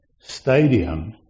stadium